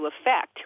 effect